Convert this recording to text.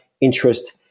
interest